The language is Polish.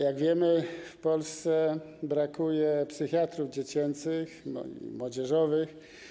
Jak wiemy, w Polsce brakuje psychiatrów dziecięcych, młodzieżowych.